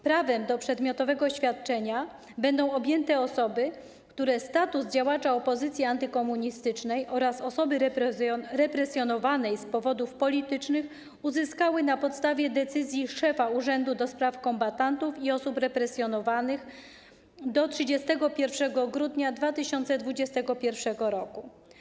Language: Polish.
Prawem do przedmiotowego świadczenia będą objęte osoby, które status działacza opozycji antykomunistycznej oraz osoby represjonowanej z powodów politycznych uzyskały na podstawie decyzji szefa Urzędu do Spraw Kombatantów i Osób Represjonowanych do 31 grudnia 2021 r.